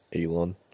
Elon